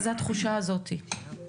מה זאת התחושה הזאת?